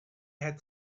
had